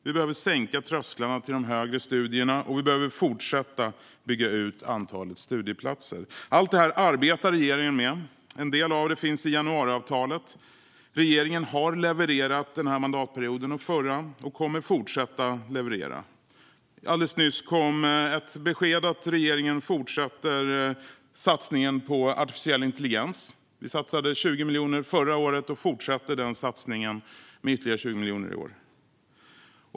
Vi behöver sänka trösklarna till de högre studierna, och vi behöver fortsätta bygga ut antalet studieplatser. Allt det här arbetar regeringen med. En del av det finns i januariavtalet. Regeringen har levererat, både den här mandatperioden och den förra, och kommer att fortsätta leverera. Alldeles nyss kom beskedet att regeringen fortsätter satsningen på artificiell intelligens. Vi satsade 20 miljoner förra året och fortsätter satsningen med ytterligare 20 miljoner i år.